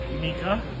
Mika